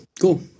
Cool